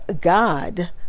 God